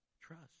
Trust